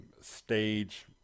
stage